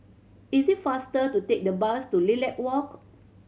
is it faster to take the bus to Lilac Walk